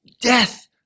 death